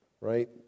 Right